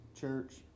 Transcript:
Church